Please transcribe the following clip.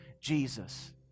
Jesus